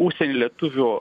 užsieny lietuvių